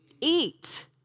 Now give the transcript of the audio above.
eat